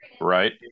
Right